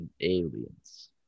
Aliens